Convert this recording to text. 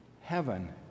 heaven